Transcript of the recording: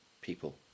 people